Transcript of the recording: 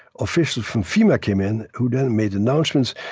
officials from fema came in, who then made announcements,